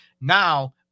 Now